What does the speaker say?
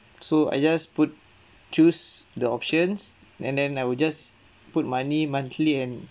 so I just put choose the options and then I will just put money monthly and